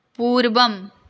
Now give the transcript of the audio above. पूर्वम्